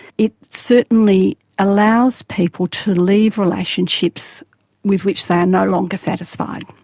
it certainly allows people to leave relationships with which they are no longer satisfied,